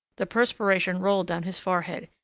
the perspiration rolled down his forehead.